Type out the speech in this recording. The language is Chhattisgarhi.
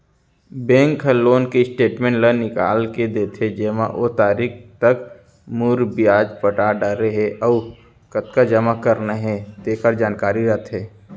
बेंक ह लोन के स्टेटमेंट ल निकाल के देथे जेमा ओ तारीख तक मूर, बियाज पटा डारे हे अउ कतका जमा करना हे तेकर जानकारी रथे